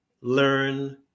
learn